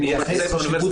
יוסי שריד